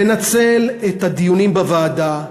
לנצל את הדיונים בוועדה,